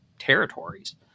territories